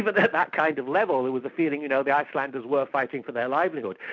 but that that kind of level, there was a feeling you know the icelanders were fighting for their livelihood.